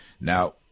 Now